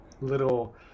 little